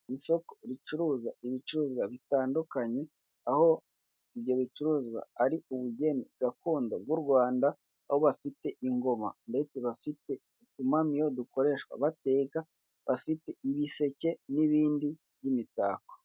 Isoko ricuruza ibicuruzwa bitandukanye, aho ibyo bicuruzwa ari ubugeni gakondo bw'u Rwanda, aho bafite ingoma ndetse bafite utumamiyo dukoreshwa bateka, bafite ibiseke n'ibindi by'imitako.